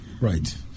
Right